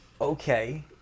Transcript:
okay